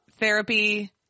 therapy